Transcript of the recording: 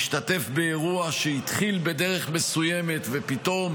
השתתף באירוע שהתחיל בדרך מסוימת ופתאום